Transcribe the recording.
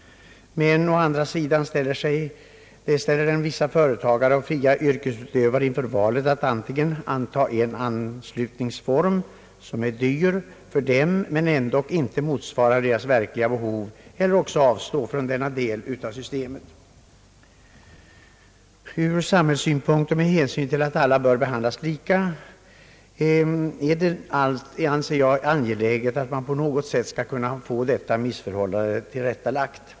Men å andra sidan ställer den sammankopplingen vissa företagare och fria yrkesutövare inför valet att antingen acceptera en anslutningsform som är dyr för dem men som ändock inte motsvarar deras verkliga behov eller också att avstå från denna del av systemet. Från samhällssynpunkt och med hänsyn till att alla bör behandlas lika är det enligt min uppfattning angeläget att detta missförhållande på något sätt blir tillrättalagt.